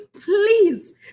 please